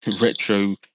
retro